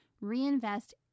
reinvest